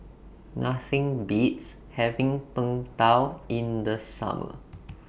Nothing Beats having Png Tao in The Summer